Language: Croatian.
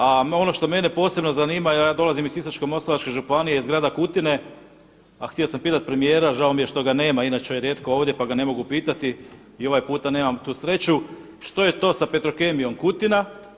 A ono što mene posebno zanima jer ja dolazim iz Sisačko-moslavačke županije iz Grada Kutine, a htio sam pitati premijera, žao mi je što ga nema, inače je rijetko ovdje pa ga ne mogu pitati i ovaj puta nemam tu sreću, što je to sa Petrokemijom Kutina?